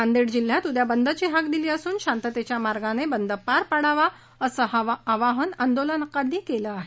नांदेड जिल्ह्यात उद्या बंदची हाक दिली असून शांततेच्या मार्गाने बंद पार पाडावा असं आवाहन आंदोलकांनी केलं आहे